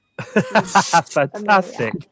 fantastic